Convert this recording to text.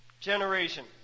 generation